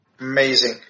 Amazing